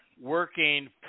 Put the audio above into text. working